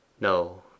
no